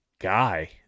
guy